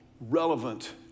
relevant